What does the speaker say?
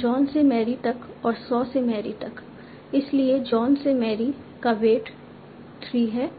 John से Mary तक और सॉ से मैरी तक इसलिए जॉन से मैरी का वेट 3 है